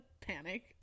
panic